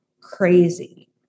crazy